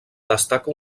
destaca